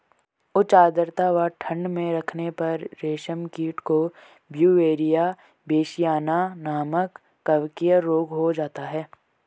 उच्च आद्रता व ठंड में रखने पर रेशम कीट को ब्यूवेरिया बेसियाना नमक कवकीय रोग हो जाता है